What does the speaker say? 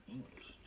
English